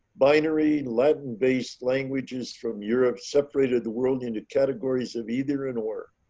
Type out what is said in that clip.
binary latin based languages from europe separated the world into categories of either in or